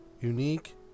unique